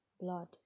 blood